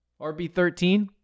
rb13